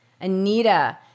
Anita